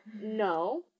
No